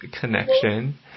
connection